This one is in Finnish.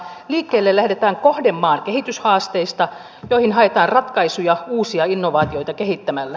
liikkeelle lähdetään kohdemaan kehityshaasteista joihin haetaan ratkaisuja uusia innovaatioita kehittämällä